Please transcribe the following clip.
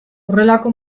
horrelako